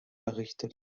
errichtet